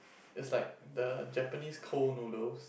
it was like the Japanese cold noodles